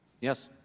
Yes